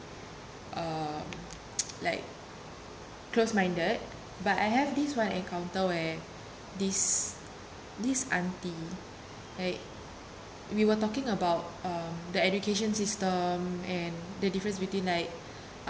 um like close-minded but I have this one encounter where this this aunty right we were talking about um the education system and the difference between like